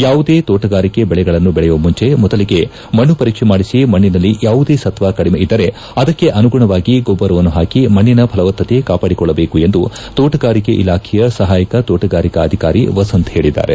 ಯಾವುದೇ ತೋಟಗಾರಿಕೆ ಬೆಳೆಗಳನ್ನು ಬೆಳೆಯುವ ಮುಂಚೆ ಮೊದಲಿಗೆ ಮಣ್ಣು ಪರೀಕ್ಷೆ ಮಾಡಿಸಿ ಮಣ್ಣಿನಲ್ಲಿ ಯಾವುದೇ ಸತ್ನ ಕಡಿಮೆ ಇದ್ದರೆ ಅದಕ್ಕೆ ಅನುಗುಣವಾಗಿ ಗೊಬ್ಲರವನ್ನು ಹಾಕಿ ಮಣ್ಣಿನ ಫಲವತ್ತತೆ ಕಾಪಾಡಿಕೊಳ್ಳಬೇಕೆಂದು ತೋಟಗಾರಿಕೆ ಇಲಾಖೆಯ ಸಹಾಯಕ ತೋಟಗಾರಿಕಾ ಅಧಿಕಾರಿ ವಸಂತ್ ಹೇಳಿದ್ದಾರೆ